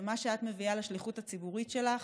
ומה שאת מביאה לשליחות הציבורית שלך